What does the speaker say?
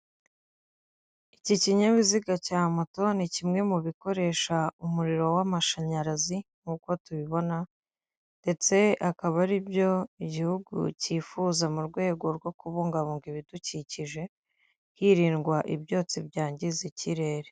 Itente ryubatse nu mugi wa Kigali, riri gukorerwamo inama ijyanye n'ibikorwa bya leta, itete ryubakishijwe irangi ry'umweru, amabara y'ubururu, umuhondo ndetse n'icyatsi, hicayemo abadamu, umugabo uhagaze ufite mikoro, uhagaze imbere y'imeza.